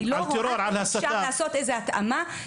לא רואה איך אפשר לעשות איזה התאמה.